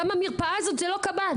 גם המרפאה הזאת זה לא קב"ן.